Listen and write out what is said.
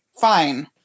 fine